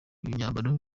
imyambaro